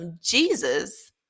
Jesus